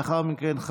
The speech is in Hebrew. ולאחר מכן,